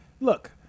look